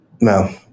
no